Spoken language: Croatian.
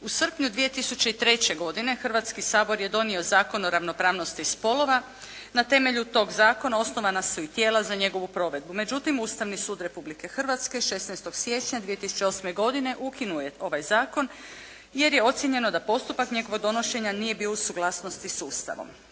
U srpnju 2003. godine Hrvatski sabor je donio Zakon o ravnopravnosti spolova. Na temelju tog zakona osnovana su i tijela za njegovu provedbu. Međutim, Ustavni sud Republike Hrvatske 16. siječnja 2008. godine ukinuo je ovaj zakon, jer je ocijenjeno da postupak njegovog donošenja nije bio u suglasnosti s Ustavom.